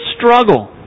struggle